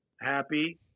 happy